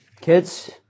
Kids